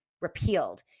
repealed